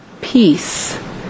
peace